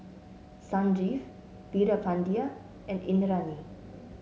Sanjeev Veerapandiya and Indranee